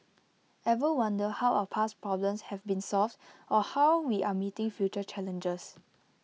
ever wonder how our past problems have been solved or how we are meeting future challenges